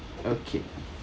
okay